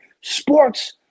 sports